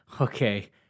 okay